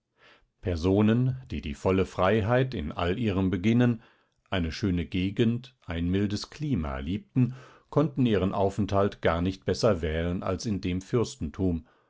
personen die die volle freiheit in all ihrem beginnen eine schöne gegend ein mildes klima liebten konnten ihren aufenthalt gar nicht besser wählen als in dem fürstentum